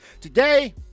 Today